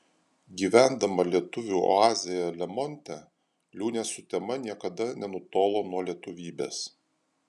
gyvendama lietuvių oazėje lemonte liūnė sutema niekada nenutolo nuo lietuvybės